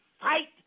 fight